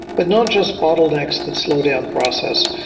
but not just bottlenecks that slow down process,